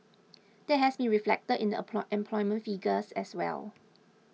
that has been reflected in the employment figures as well